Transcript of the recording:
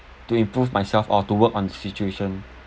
to improve myself or to work on the situation